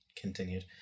continued